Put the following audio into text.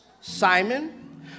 Simon